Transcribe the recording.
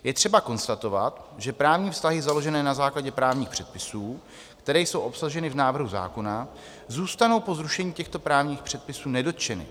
Je třeba konstatovat, že právní vztahy založené na základě právních předpisů, které jsou obsaženy v návrhu zákona, zůstanou po zrušení těchto právních předpisů nedotčeny.